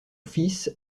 fils